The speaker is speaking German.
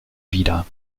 wieder